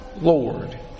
Lord